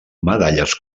medalles